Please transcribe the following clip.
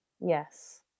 yes